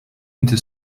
into